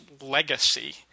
legacy